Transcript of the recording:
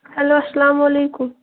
hello اَسلامُ علَیکُم